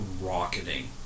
rocketing